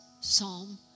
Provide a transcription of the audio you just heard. psalm